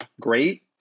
great